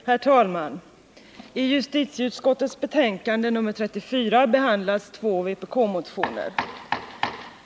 Herr talman! I justitieutskottets betänkande nr 34 behandlas två vpkmotioner.